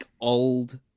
old